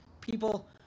people